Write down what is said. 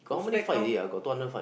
Uzbek come